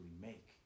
make